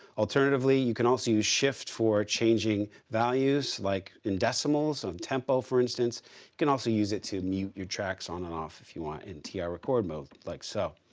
alternatively, you can also use shift for changing values like in decimals on tempo, for instance. you can also use it to mute your tracks on and off if you want in tr-record mode like so.